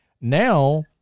Now